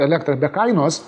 elektrą be kainos